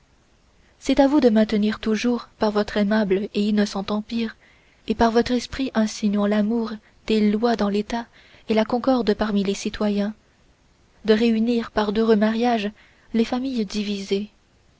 c'est à vous de maintenir toujours par votre aimable et innocent empire et par votre esprit insinuant l'amour des lois dans l'état et la concorde parmi les citoyens de réunir par d'heureux mariages les familles divisées